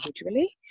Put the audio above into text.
individually